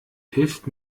hilft